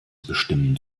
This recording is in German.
bestimmen